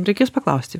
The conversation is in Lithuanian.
reikės paklausti